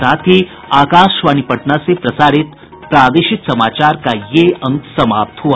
इसके साथ ही आकाशवाणी पटना से प्रसारित प्रादेशिक समाचार का ये अंक समाप्त हुआ